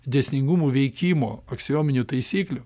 dėsningumų veikimo aksiominių taisyklių